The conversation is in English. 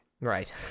Right